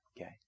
okay